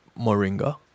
Moringa